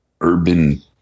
urban